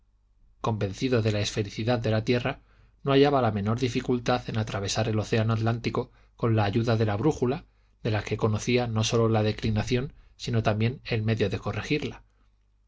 convencido de la esfericidad de la tierra no hallaba la menor dificultad en atravesar el océano atlántico con la ayuda de la brújula de la que conocía no sólo la declinación sino también el medio de corregirla